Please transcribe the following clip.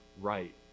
right